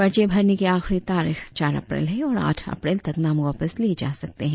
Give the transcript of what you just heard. पर्चे भरने की आखरी तारीख चार अप्रैल है और आठ अप्रैल तक नाम वापस लिए जा सकते है